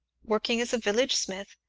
working as a village smith,